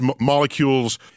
molecules